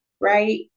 right